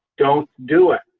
don't do it.